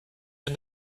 and